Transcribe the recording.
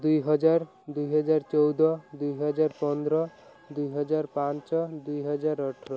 ଦୁଇହଜାର ଦୁଇହଜାର ଚଉଦ ଦୁଇହଜାର ପନ୍ଦର ଦୁଇହଜାର ପାଞ୍ଚ ଦୁଇହଜାର ଅଠର